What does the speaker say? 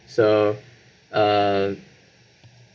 so uh